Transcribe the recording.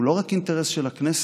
הוא לא רק אינטרס של הכנסת